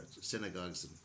synagogues